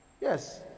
yes